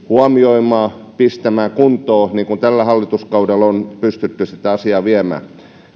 huomioimaan ja pistämään kuntoon tällä hallituskaudella on pystytty sitä asiaa viemään eteenpäin